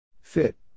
Fit